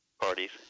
parties